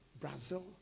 Brazil